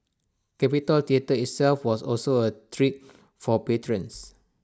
capitol theatre itself was also A treat for patrons